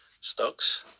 stocks